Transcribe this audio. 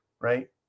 right